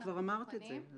אבל כבר אמרת את זה.